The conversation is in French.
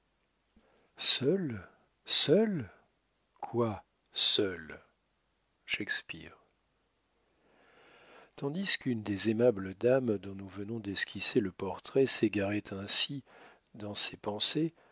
seule seule quoi seule shakespeare tandis qu'une des aimables dames dont nous venons d'esquisser le portrait s'égarait ainsi dans ses pensées